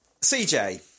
CJ